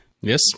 Yes